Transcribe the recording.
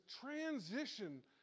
transition